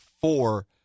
four